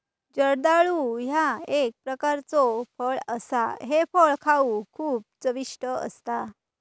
जर्दाळू ह्या एक प्रकारचो फळ असा हे फळ खाउक खूप चविष्ट असता